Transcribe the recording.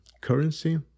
currency